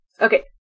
Okay